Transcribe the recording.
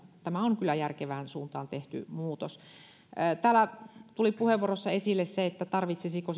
tämä on kyllä järkevään suuntaan tehty muutos täällä tuli puheenvuoroissa esille se tarvitsisiko